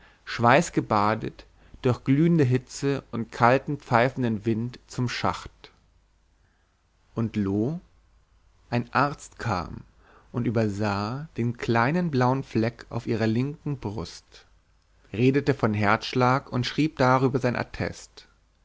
schweißgebadet durch glühende hitze und kalten pfeifenden wind zum schacht und loo ein arzt kam und übersah den kleinen blauen fleck auf ihrer linken brust redete von herzschlag und schrieb darüber sein attest